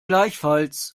gleichfalls